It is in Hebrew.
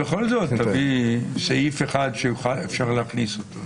בכל זאת תביא סעיף אחד שאפשר להכניס.